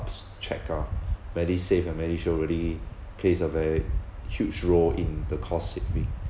these check ah medisave and medishield already place a very huge role in the cost saving